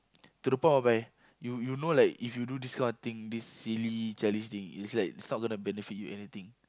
to the point whereby you you know like if you do this kind of thing this silly childish thing is like it's not gonna benefit you anything